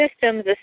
systems